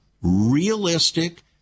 realistic